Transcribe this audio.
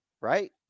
Right